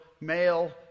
male